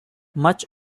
much